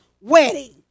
wedding